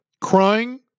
crying